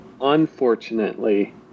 unfortunately